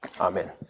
Amen